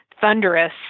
thunderous